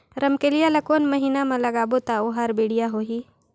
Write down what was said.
रमकेलिया ला कोन महीना मा लगाबो ता ओहार बेडिया होही?